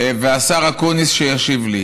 והשר אקוניס, שישיב לי,